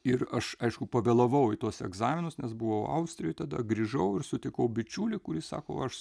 ir aš aišku pavėlavau į tuos egzaminus nes buvau austrijoj tada grįžau ir sutikau bičiulį kuris sako aš